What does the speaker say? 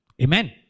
Amen